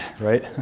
right